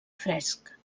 fresc